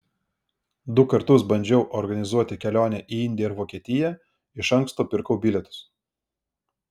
du kartus bandžiau organizuoti kelionę į indiją ir vokietiją iš anksto pirkau bilietus